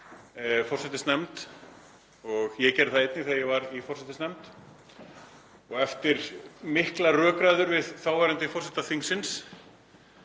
forsætisnefnd og ég gerði það einnig þegar ég var í forsætisnefnd. Eftir miklar rökræður við þáverandi forseta þingsins